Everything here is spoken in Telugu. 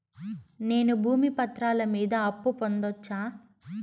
నేను భూమి పత్రాల మీద అప్పు పొందొచ్చా?